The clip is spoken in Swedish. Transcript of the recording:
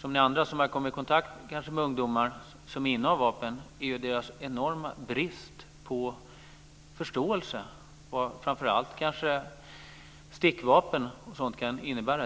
som jag har märkt när jag har kommit i kontakt med de ungdomar som innehar vapen är deras enorma brist på förståelse för vad kanske framför allt stickvapen kan åstadkomma.